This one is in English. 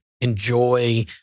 enjoy